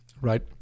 right